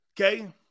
Okay